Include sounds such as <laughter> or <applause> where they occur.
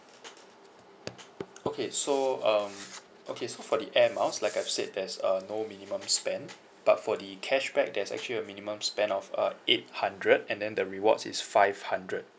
<noise> okay so um <noise> okay so for the air miles like I've said there's uh no minimum spend but for the cashback there's actually a minimum spend of uh eight hundred and then the rewards is five hundred